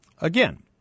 Again